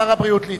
שר הבריאות ליצמן.